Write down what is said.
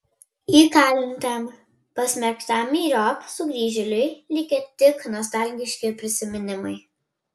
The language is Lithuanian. įkalintam pasmerktam myriop sugrįžėliui likę tik nostalgiški prisiminimai